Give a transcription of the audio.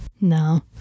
No